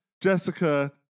Jessica